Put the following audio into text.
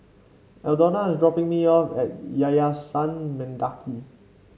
Aldona is dropping me off at Yayasan Mendaki